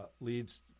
leads